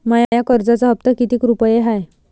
माया कर्जाचा हप्ता कितीक रुपये हाय?